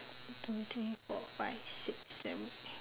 two three four five six seven